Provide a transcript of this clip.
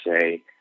say